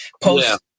Post